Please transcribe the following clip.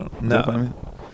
No